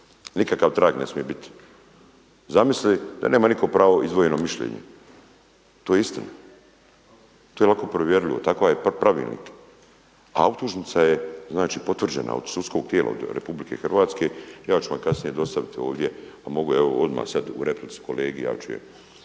Nikakav trag ne smije biti. Zamislite da nema nitko pravo izdvojeno mišljenje, to je istina. To je lako provjerljivo, takav je pravilnik. A optužnica je znači potvrđena od sudskog tijela od RH, ja ću vam kasnije dostaviti ovdje a mogu odmah evo sad u replici kolegi